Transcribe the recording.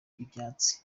ivyatsi